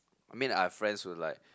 I mean I friends would like